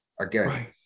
again